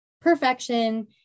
perfection